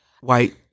White